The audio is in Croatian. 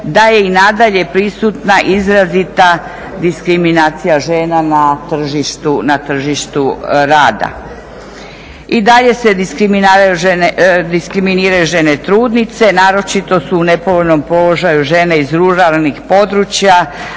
da je i nadalje prisutna izrazita diskriminacija žena na tržištu rada. I dalje se diskriminiraju žene trudnice, naročito su u nepovoljnom položaju žene iz ruralnih područja,